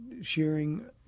sharing